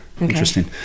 Interesting